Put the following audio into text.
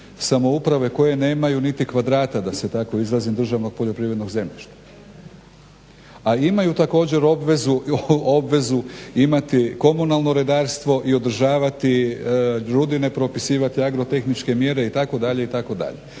samouprave koje nemaju niti kvadrata, da se tako izrazim, državnog poljoprivrednog zemljišta, a imaju također obvezu imati komunalno redarstvo i održavati rudine, propisivati agrotehničke mjere itd., itd.?